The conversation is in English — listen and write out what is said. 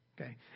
okay